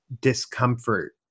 discomfort